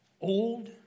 old